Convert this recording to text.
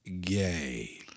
Gay